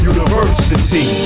University